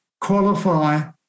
qualify